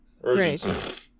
Great